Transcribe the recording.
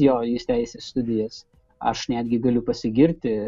jo į teisės studijas aš netgi galiu pasigirti